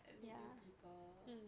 and meet new people